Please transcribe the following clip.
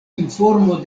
informo